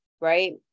Right